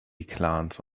clans